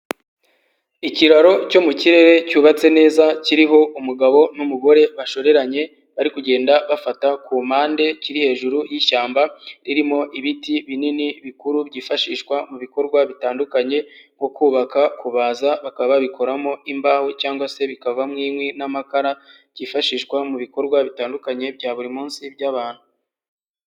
Ikiraro cyo mu kirere cyubatse neza, kiriho umugabo n'umugore bashoreranye, bari kugenda bafata ku mpande, kiri hejuru y'ishyamba ririmo ibiti binini, bikuru byiyifashishwa mu bikorwa bitandukanye nko kubaka, kubaza, bakaba babikoramo imbaho cyangwa se bikavamo inkwi n'amakara, byifashishwa mu bikorwa bitandukanye bya buri munsi by'abantu.